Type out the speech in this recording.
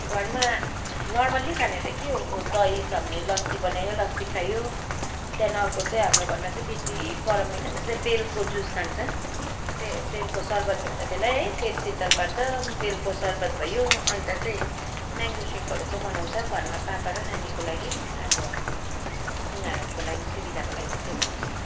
घरमा नर्मल्ली खाने त के हो दही छ भने लस्सी बनायो लस्सी खायो त्यहाँदेखिन् अर्को चाहिँ हाम्रो घरमा चाहिँ बेसी गरम महिनामा चाहिँ बेलको जुस खान्छ पेय बेलको सर्बत भन्छ त्यलाई है पेट शीतल पार्छ बेलको सर्बत भयो अन्त चाहिँ मेङ्गो सेकहरू चाहिँ बनाउँछ घरमा पापा र नानीको लागि अब उनीहरूको लागि चाहिँ सुविधाको लागि चाहिँ त्यो बनाउँछ